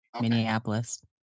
Minneapolis